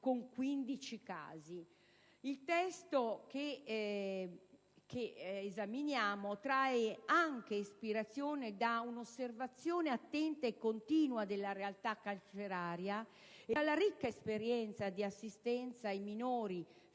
15 casi. Il testo oggi al nostro esame trae anche ispirazione da un'osservazione attenta e continua della realtà carceraria e dalla ricca esperienza di assistenza a minori